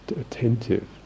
attentive